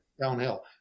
downhill